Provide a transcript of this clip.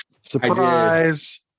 Surprise